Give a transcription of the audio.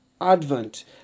Advent